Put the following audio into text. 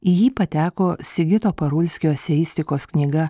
į jį pateko sigito parulskio eseistikos knyga